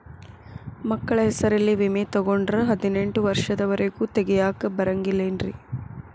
ಮಕ್ಕಳ ಹೆಸರಲ್ಲಿ ವಿಮೆ ತೊಗೊಂಡ್ರ ಹದಿನೆಂಟು ವರ್ಷದ ಒರೆಗೂ ತೆಗಿಯಾಕ ಬರಂಗಿಲ್ಲೇನ್ರಿ?